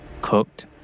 cooked